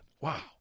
Wow